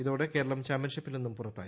ഇതോടെ കേരളം ചാമ്പ്യൻഷിപ്പിൽ നിന്നും പുറത്തായി